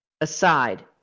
aside